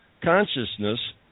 consciousness